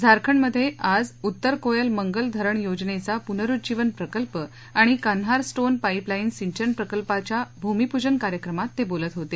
झारखंड मध्ये आज उत्तर कोयल मंगल धरण योजनेचा पुनरुज्जीवन प्रकल्प आणि कान्हार सीम पापिलाईन सिंचन प्रकल्पाच्या भूमिपूजन कार्यक्रमात ते बोलत होते